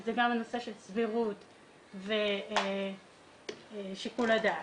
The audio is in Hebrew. שזה גם הנושא של סבירות ושיקול הדעת.